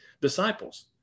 disciples